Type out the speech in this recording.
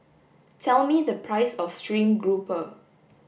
tell me the price of stream grouper